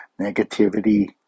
Negativity